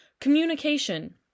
Communication